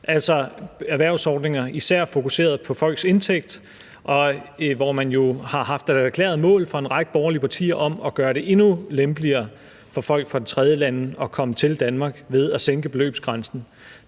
altså erhvervsordninger især fokuseret på folks indtægt, hvor man jo har haft et erklæret mål fra en række borgerlige partier om at gøre det endnu lempeligere for folk fra tredjelande at komme til Danmark ved at sænke beløbsgrænsen.